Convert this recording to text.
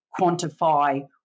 quantify